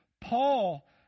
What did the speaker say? Paul